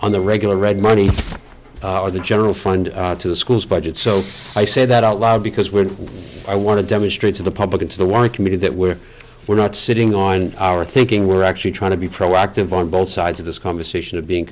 on the regular red money or the general fund to the schools budget so i said that out loud because when i want to demonstrate to the public into the wider community that we're we're not sitting on our thinking we're actually trying to be proactive on both sides of this conversation of being